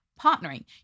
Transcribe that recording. partnering